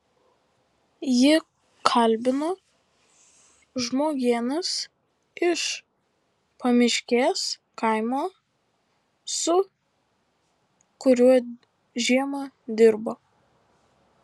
jį kalbino žmogėnas iš pamiškės kaimo su kuriuo žiemą dirbo